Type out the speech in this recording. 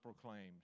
proclaimed